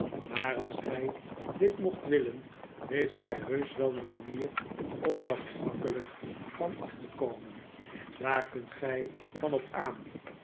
maar als gij dit mocht willen heeft hij heusch wel een manier om er oemakkelijk van af te komen daar kunt gij van op aan